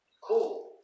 cool